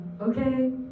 okay